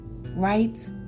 right